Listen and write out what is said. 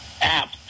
app